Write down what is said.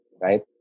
right